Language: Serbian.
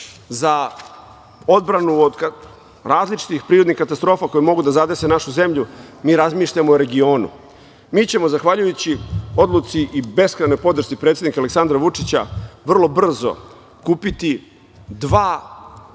za odbranu od različitih prirodnih katastrofa koje mogu da zadese našu zemlju, mi razmišljamo o regionu. Mi ćemo, zahvaljujući odluci i beskrajnoj podršci predsednika Aleksandra Vučića, vrlo brzo kupiti dva